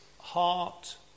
heart